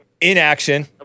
inaction